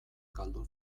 galdu